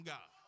God